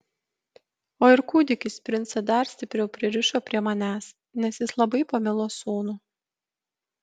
o ir kūdikis princą dar stipriau pririšo prie manęs nes jis labai pamilo sūnų